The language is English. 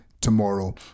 tomorrow